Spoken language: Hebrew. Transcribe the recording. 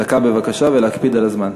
דקה, בבקשה, ולהקפיד על הזמן.